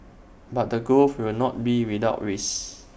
but the growth will not be without risk